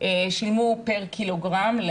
שילמו פר קילוגרם.